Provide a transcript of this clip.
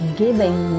giving